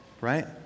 right